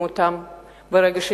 הרי מה עושים עם ספרים שזורקים?